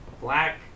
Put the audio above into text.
black